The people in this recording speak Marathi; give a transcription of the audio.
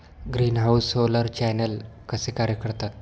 ग्रीनहाऊस सोलर चॅनेल कसे कार्य करतात?